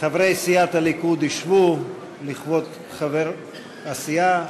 חברי סיעת הליכוד ישבו לכבוד חבר הסיעה.